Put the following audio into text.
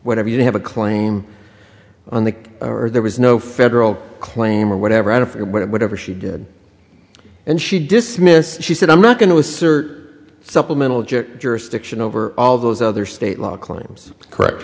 whatever you have a claim on the or there was no federal claim or whatever out of it whatever she did and she dismissed she said i'm not going to assert supplemental git jurisdiction over all those other state law claims correct